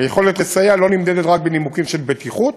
היכולת לסייע לא נמדדת רק בנימוקים של בטיחות